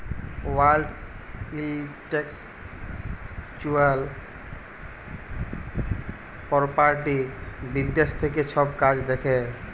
world intellectual property বিদ্যাশ থ্যাকে ছব কাজ দ্যাখে